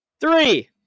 Three